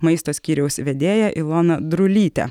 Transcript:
maisto skyriaus vedėją iloną drulytę